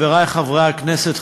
חברי חברי הכנסת,